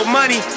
money